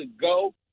go